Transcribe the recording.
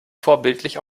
vorbildlich